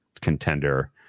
contender